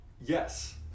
yes